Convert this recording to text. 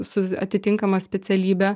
su atitinkama specialybe